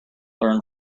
learn